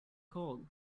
called